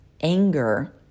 anger